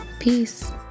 Peace